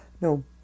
no